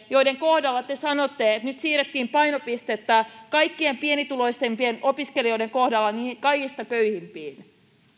jonka kohdalla te sanotte että nyt siirrettiin painopistettä kaikkein pienituloisimpien opiskelijoiden kohdalla niihin kaikista köyhimpiin